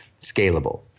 scalable